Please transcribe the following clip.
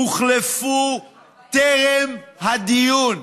הוחלפו טרם הדיון,